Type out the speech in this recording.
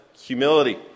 humility